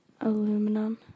aluminum